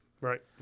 Right